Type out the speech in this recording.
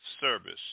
service